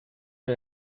der